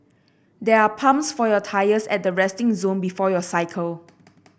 there are pumps for your tyres at the resting zone before you cycle